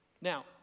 Now